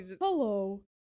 Hello